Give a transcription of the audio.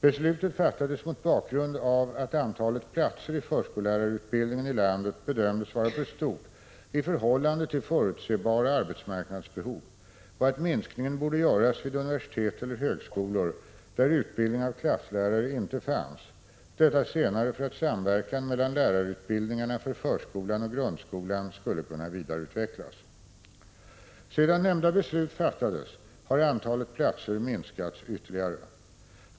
Beslutet fattades mot bakgrund av att antalet platser i förskollärarutbildningen i landet bedömdes vara för stort i förhållande till förutsebara arbetsmarknadsbehov och att minskningen borde göras vid universitet eller högskolor där utbildning av klasslärare inte fanns — detta senare för att samverkan mellan lärarutbildningarna för förskolan och grundskolan skulle kunna vidareutvecklas. Sedan nämnda beslut fattades har antalet platser minskats ytterligare.